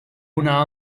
una